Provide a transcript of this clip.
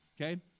Okay